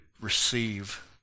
receive